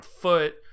foot